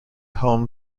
home